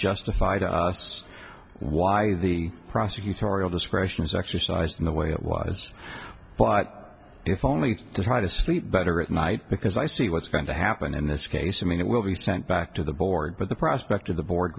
justify to us why the prosecutorial discretion is exercised in the way it was but if only to try to sleep better at night because i see what's going to happen in this case i mean it will be sent back to the board but the prospect of the board